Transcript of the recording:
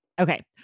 Okay